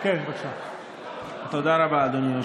בבקשה, אדוני.